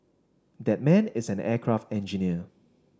that man is an aircraft engineer